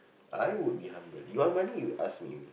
I would be humble you want money you ask me only